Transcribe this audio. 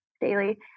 daily